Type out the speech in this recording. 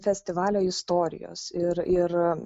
festivalio istorijos ir ir